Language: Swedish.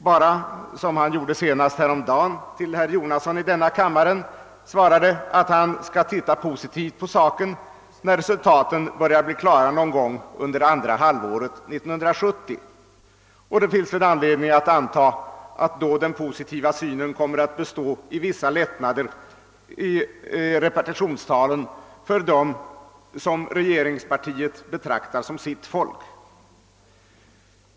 Senast häromdagen svarade han herr Jonasson i denna kammare att han skall se positivt på saken när resultaten börjar bli klara någon gång under andra halvåret 1970. Det finns väl anledning anta att den positiva synen då kommer att bestå i vissa lättnader i repartitionstalen för dem som regeringspartiet betraktar som sitt folk.